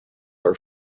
are